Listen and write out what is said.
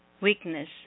weakness